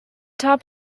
top